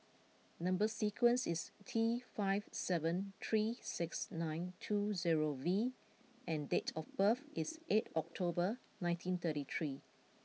number sequence is T five seven three six nine two zero V and date of birth is eight October nineteen thirty three